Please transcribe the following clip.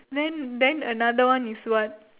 then then another one is what